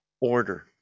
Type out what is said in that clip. order